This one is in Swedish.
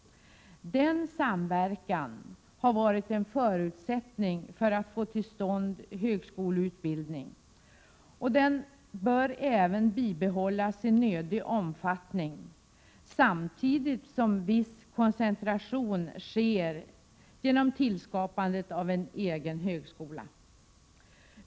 Denna samverkan har varit en förutsättning för att högskoleutbildningen skulle komma till stånd. Den bör även bibehållas i erforderlig omfattning, samtidigt som en viss koncentration sker genom tillskapandet av en egen högskola.